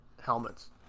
helmets